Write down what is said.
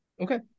Okay